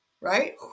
right